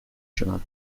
chemins